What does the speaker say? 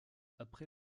après